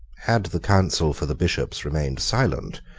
had the counsel for the bishops remained silent,